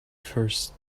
first